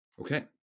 Okay